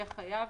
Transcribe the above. יהיה חייב